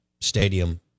Stadium